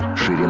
she and